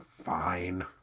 fine